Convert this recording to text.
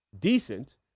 decent